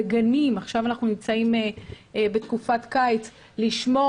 בגנים עכשיו אנחנו נמצאים בתקופת הקיץ לשמור